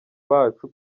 bacu